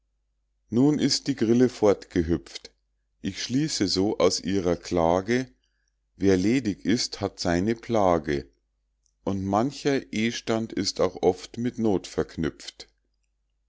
nun ist die grille fortgehüpft ich schließe so aus ihrer klage wer ledig ist hat seine plage und mancher eh'stand ist auch oft mit noth verknüpft